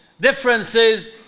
Differences